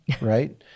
right